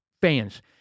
fans